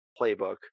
playbook